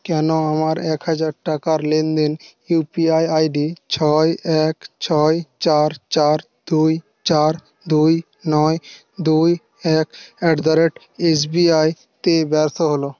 কেন আমার এক হাজার টাকার লেনদেন ইউপিআই আইডি ছয় এক ছয় চার চার দুই চার দুই নয় দুই এক অ্যাট দা রেট এসবিআইতে ব্যর্থ হলো